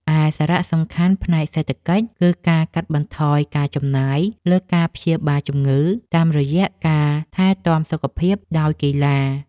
ឯសារៈសំខាន់ផ្នែកសេដ្ឋកិច្ច គឺការកាត់បន្ថយការចំណាយលើការព្យាបាលជំងឺ តាមរយៈការថែទាំសុខភាពដោយកីឡា។